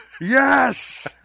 yes